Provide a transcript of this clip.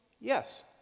Yes